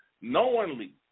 knowingly